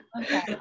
Okay